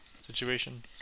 situation